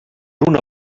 una